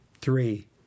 Three